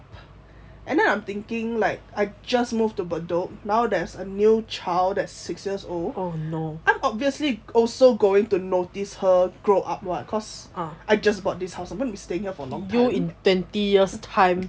and then I'm thinking like I just moved to bedok now there's a new child that's six years old I'm obviously also going to notice her grow up [what] cause ah I just bought this house I will be staying here for a long time